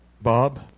Bob